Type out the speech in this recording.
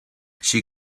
she